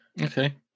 okay